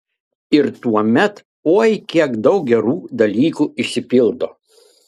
ir tuomet oi kiek daug gerų dalykų išsipildo